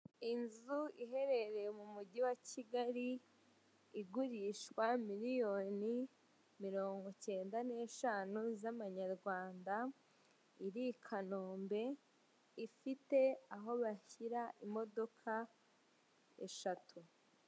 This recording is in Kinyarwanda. Inzu iherereye mu mujyi wa Kigali igurishwa miliyoni mirongo icyenda n'eshanu z'amanyarwanda iri i Kanombe ifite aho bashyira imodoka eshatu.